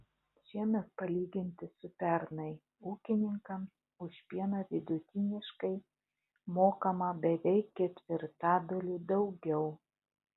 šiemet palyginti su pernai ūkininkams už pieną vidutiniškai mokama beveik ketvirtadaliu daugiau